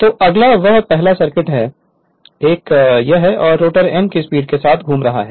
तो अगला यह पहला सर्किट है अगला एक है और रोटर n की स्पीड के साथ घूम रहा है